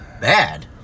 bad